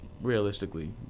realistically